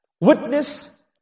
witness